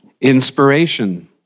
Inspiration